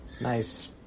Nice